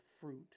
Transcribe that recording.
fruit